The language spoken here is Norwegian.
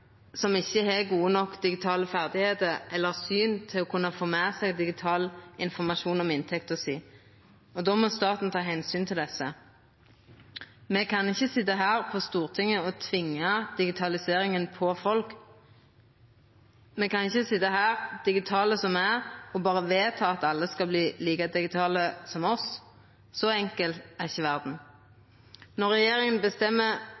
som ikkje har gode nok digitale ferdigheiter eller godt nok syn til å kunna få med seg digital informasjon om inntekta si, og då må staten ta omsyn til det. Me kan ikkje sitja her på Stortinget og tvinga digitaliseringa på folk. Me kan ikkje sitja her, digitale som me er, og berre vedta at alle skal verta like digitale som oss. Så enkel er ikkje verda. Når regjeringa bestemmer